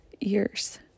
years